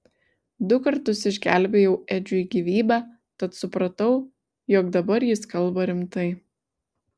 du kartus išgelbėjau edžiui gyvybę tad supratau jog dabar jis kalba rimtai